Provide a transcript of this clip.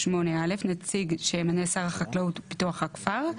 "(8א) נציג שימנה שר החקלאות ופיתוח הכפר,".